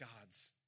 gods